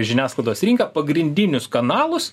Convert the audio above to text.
žiniasklaidos rinką pagrindinius kanalus